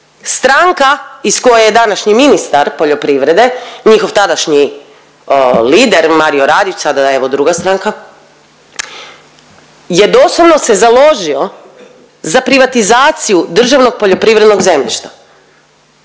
stranka iz koje je današnji ministar poljoprivrede, njihov tadašnji lider Marijo Radić sada je evo druga stranka je doslovno se založio za privatizaciju državnog poljoprivrednog zemljišta,